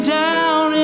down